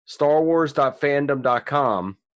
starwars.fandom.com